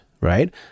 right